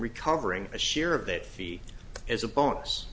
recovering a share of that fee as a bonus